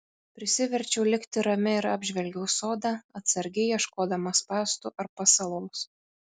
prisiverčiau likti rami ir apžvelgiau sodą atsargiai ieškodama spąstų ar pasalos